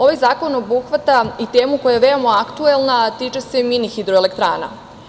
Ovaj zakon obuhvata i temu koja je veoma aktuelna, a tiče se mini hidroelektrana.